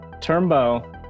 Turbo